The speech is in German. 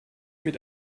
mit